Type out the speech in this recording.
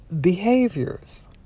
behaviors